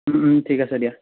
ঠিক আছে দিয়া